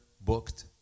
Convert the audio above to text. booked